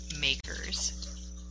makers